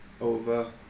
over